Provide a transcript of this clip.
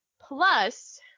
Plus